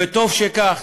וטוב שכך.